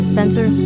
Spencer